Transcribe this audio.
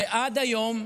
ועד היום,